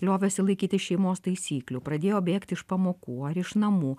liovėsi laikytis šeimos taisyklių pradėjo bėgti iš pamokų ar iš namų